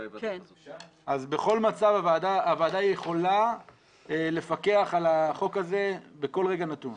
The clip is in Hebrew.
אז בכל מצב הוועדה יכולה לפקח על החוק הזה בכל רגע נתון.